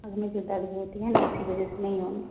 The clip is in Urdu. پڑھنے سے درد ہوتی ہے نا اسی وجہ سے نہیں